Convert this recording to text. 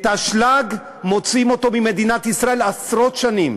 האשלג, מוציאים אותו ממדינת ישראל עשרות שנים,